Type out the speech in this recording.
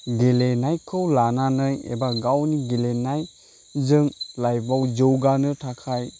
गेलेनायखौ लानानै एबा गावनि गेलेनायजों लाइफयाव जौगानो थाखाय